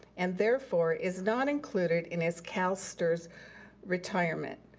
and therefore is not included in his calstrs retirement,